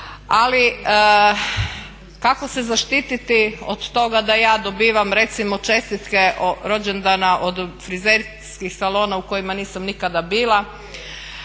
ali kako se zaštititi od toga da ja dobivam recimo čestitke rođendana od frizerskih salona u kojima nisam nikada bila.